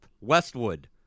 Westwood